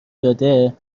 داده